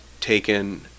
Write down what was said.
taken